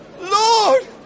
Lord